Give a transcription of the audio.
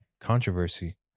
controversy